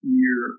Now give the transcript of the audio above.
year